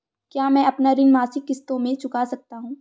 क्या मैं अपना ऋण मासिक किश्तों में चुका सकता हूँ?